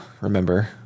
remember